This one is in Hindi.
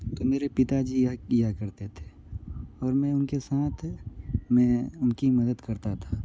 तो मेरे पिताजी यह किया करते थे और मैं उनके साथ में उनकी मदद करता था